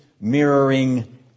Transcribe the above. mirroring